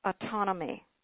autonomy